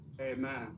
Amen